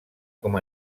com